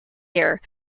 year